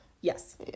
yes